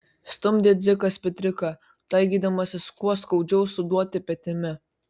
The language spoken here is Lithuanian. stumdė dzikas petriuką taikydamasis kuo skaudžiau suduoti petimi